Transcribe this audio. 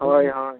ᱦᱳᱭ ᱦᱳᱭ